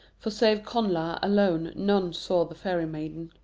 for save connla alone, none saw the fairy maiden.